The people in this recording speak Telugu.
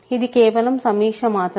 ఇది కేవలం సమీక్ష మాత్రమే